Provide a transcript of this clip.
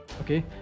Okay